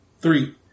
Three